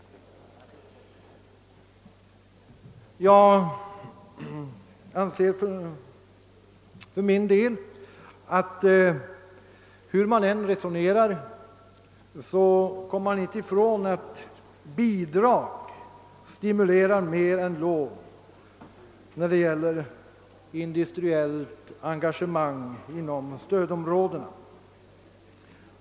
Hur man än resonerar kommer man enligt min uppfattning inte ifrån, att bidrag stimulerar mer än lån, när det gäller industriellt engagemang inom stödområdena.